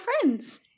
friends